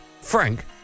Frank